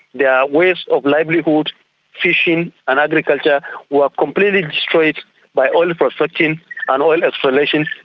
yeah ways of livelihood fishing and agriculture were completely destroyed by oil prospecting and oil exploration.